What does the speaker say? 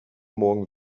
morgen